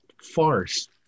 farce